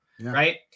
Right